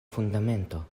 fundamento